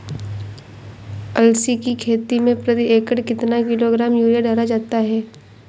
अलसी की खेती में प्रति एकड़ कितना किलोग्राम यूरिया डाला जाता है?